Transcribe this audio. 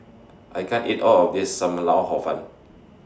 I can't eat All of This SAM Lau Hor Fun